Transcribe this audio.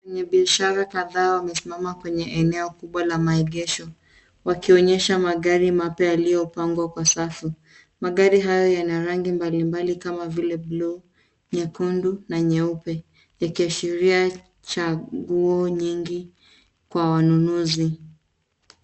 Wafanyabiashara kadhaa wamesimama kwenye eneo kubwa la maegesho, wakionyesha magari mapya yaliyopangwa kwa safu. Magari hayo yana rangi mbalimbali kama vile buluu , nyekundu na nyeupe, yakiashiria chaguo nyingi kwa wananunuzi.